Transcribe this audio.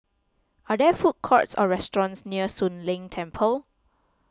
are there food courts or restaurants near Soon Leng Temple